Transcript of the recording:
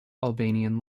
albanian